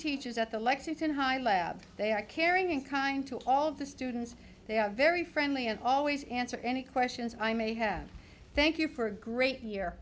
teachers at the lexington high lab they are caring and kind to all of the students they are very friendly and always answer any questions i may have thank you for a great year